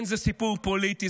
כן, זה סיפור פוליטי.